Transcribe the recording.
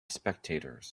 spectators